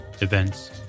events